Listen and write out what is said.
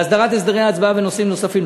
להסדרת הסדרי ההצבעה ונושאים נוספים,